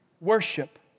worship